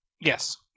Yes